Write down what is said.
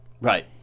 Right